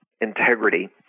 integrity